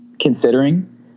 considering